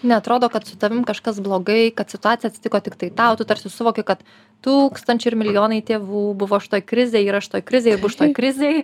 neatrodo kad su tavim kažkas blogai kad situacija atsitiko tiktai tau tu tarsi suvoki kad tūkstančiai ir milijonai tėvų buvo šitoj krizėj yra šitoj krizėj ir bus šitoj krizėj